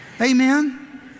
Amen